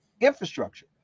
infrastructure